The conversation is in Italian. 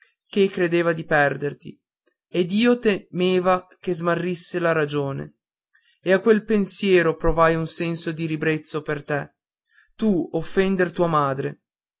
ché credeva di perderti ed io temevo che smarrisse la ragione e a quel pensiero provai un senso di ribrezzo per te tu offender tua madre